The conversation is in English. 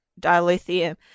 dilithium